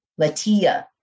Latia